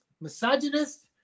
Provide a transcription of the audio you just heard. misogynist